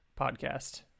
podcast